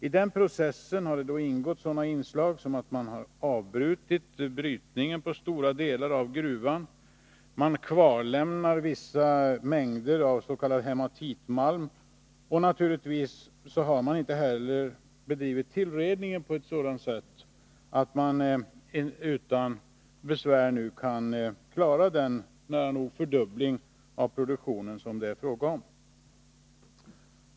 I den processen har det ingått sådana inslag som att man har avbrutit brytningen i stora delar av Nr 144 gruvan, men kvarlämnat vissa mängder av s.k. hematitmalm, och naturligtvis har man inte heller bedrivit tillredningen på ett sådant sätt att man utan besvär nu kan klara den nära nog fördubbling av produktionen som det är fråga om.